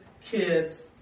kids